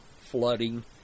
flooding